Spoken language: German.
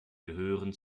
gehören